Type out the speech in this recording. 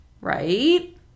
right